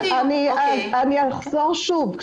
אחזור שוב,